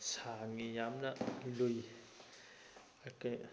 ꯁꯥꯡꯉꯤ ꯌꯥꯝꯅ ꯂꯨꯏ